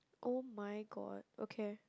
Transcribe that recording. [oh]-my-god okay